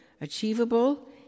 achievable